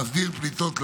המסדיר פליטות לאוויר,